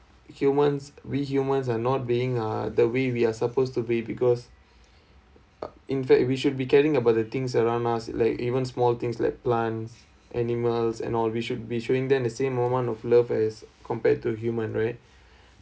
humans we humans are not being uh the way we are supposed to be because in fact we should be caring about the things around us like even small things like plants animals and all we should be showing them the same amount of love as compared to human right